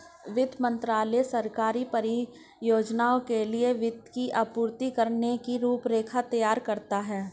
वित्त मंत्रालय सरकारी परियोजनाओं के लिए वित्त की आपूर्ति करने की रूपरेखा तैयार करता है